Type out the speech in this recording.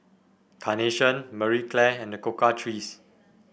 Carnation Marie Claire and The Cocoa Trees